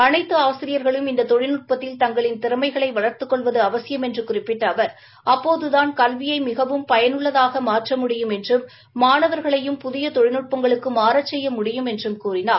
அளைத்து ஆசிரியர்களும் இந்த தொழில்நுட்பத்தில் தங்களின் திறமைகளை வளர்த்துக் கொள்வது அவசியம் என்று குறிப்பிட்ட அவர் அப்போதுதாள் கல்வியை மிகவும் பயனுள்ளதாக மாற்ற முடியும் என்றும் மாணவர்களையும் புதிய தொழில்நுட்பங்களுக்கு மாறச் செய்ய முடியும் என்றும் கூறினார்